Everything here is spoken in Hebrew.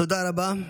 תודה רבה.